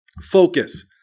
Focus